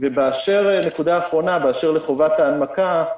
נקודה אחרונה היא באשר לחובת ההנמקה.